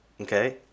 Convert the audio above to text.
okay